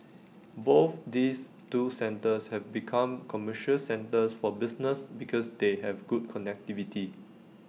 both these two centres have become commercial centres for business because they have good connectivity